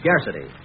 scarcity